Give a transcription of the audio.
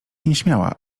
nieśmiała